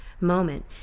moment